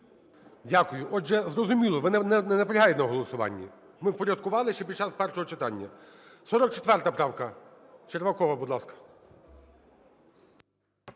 Дякую. Отже, зрозуміло, ви не наполягаєте на голосуванні? Ми впорядкували ще під час першого читання. 44 правка. Червакова, будь ласка.